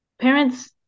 Parents